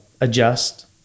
adjust